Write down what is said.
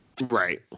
Right